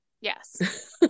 Yes